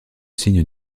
signe